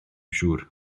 siŵr